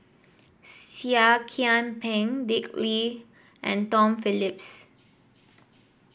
Seah Kian Peng Dick Lee and Tom Phillips